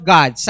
God